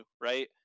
right